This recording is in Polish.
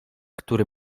który